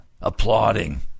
applauding